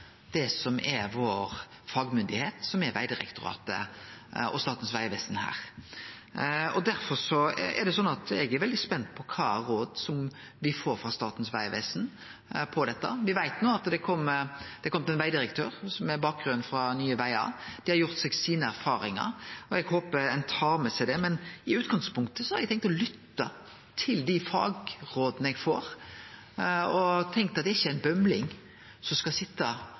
er vår fagmyndigheit her, nemleg Vegdirektoratet og Statens vegvesen. Derfor er eg veldig spent på kva råd me får frå Statens vegvesen om dette. Me veit at det har kome ein vegdirektør som har bakgrunn frå Nye Vegar. Dei har gjort seg sine erfaringar, og eg håper ein tar med seg det. Men i utgangspunktet har eg tenkt å lytte til dei fagråda eg får, eg har tenkt at det er ikkje ein bømling som skal